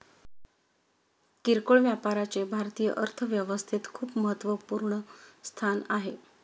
किरकोळ व्यापाराचे भारतीय अर्थव्यवस्थेत खूप महत्वपूर्ण स्थान आहे